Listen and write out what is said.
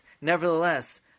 nevertheless